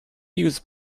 use